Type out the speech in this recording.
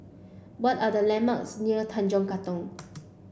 what are the landmarks near Tanjong Katong